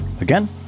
Again